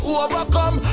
overcome